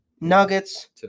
Nuggets